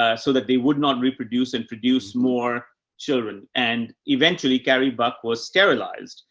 ah so that they would not reproduce and produce more children. and eventually, carrie buck was sterilized,